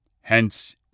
Hence